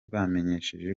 bamenyesheje